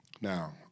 Now